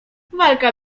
walka